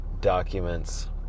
documents